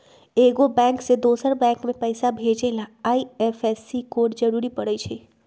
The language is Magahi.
एगो बैंक से दोसर बैंक मे पैसा भेजे ला आई.एफ.एस.सी कोड जरूरी परई छई